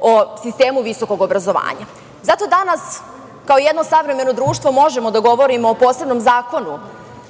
o sistemu visokog obrazovanja. Zato danas kao jedno savremeno društvo možemo da govorimo o posebnom zakonu